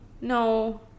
no